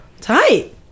Tight